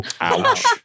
Ouch